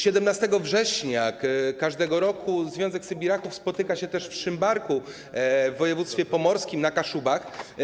17 września każdego roku Związek Sybiraków spotyka się też w Szymbarku w województwie pomorskim, na Kaszubach.